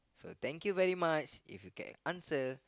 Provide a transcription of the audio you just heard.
so thank you very much if you can answer